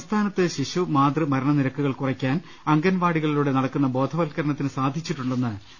സംസ്ഥാനത്ത് ശിശു മാതൃ മരണ നിരക്കുകൾ കുറയ്ക്കാൻ അംഗൻവാടികളിലൂടെ നടക്കുന്ന ബോധ വത്കരണത്തിന് സാധിച്ചിട്ടുണ്ടെന്ന് മന്ത്രി പറഞ്ഞു